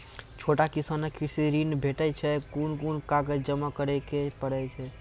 छोट किसानक कृषि ॠण भेटै छै? कून कून कागज जमा करे पड़े छै?